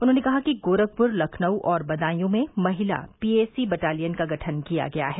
उन्होंने कहा कि गोरखपुर लखनऊ और बदायूं में महिला पीएसी बटालियन का गठन किया गया है